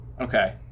Okay